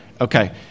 Okay